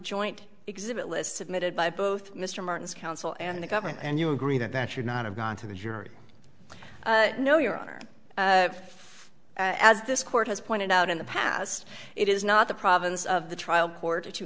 joint exhibit list submitted by both mr martin's counsel and the government and you agree that that should not have gone to the jury no your honor as this court has pointed out in the past it is not the province of the trial court to